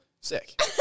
Sick